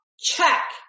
Check